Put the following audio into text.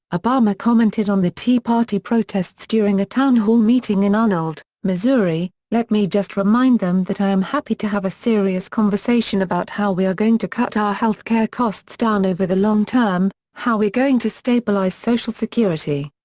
obama commented on the tea party protests during a townhall meeting in arnold, missouri let me just remind them that i am happy to have a serious conversation about how we are going to cut our health care costs down over the long term, how we're going to stabilize social security.